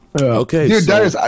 okay